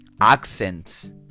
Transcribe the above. accents